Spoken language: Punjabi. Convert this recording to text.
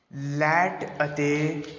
ਲੈਟ ਅਤੇ